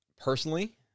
personally